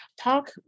Talk